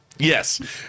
Yes